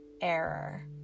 error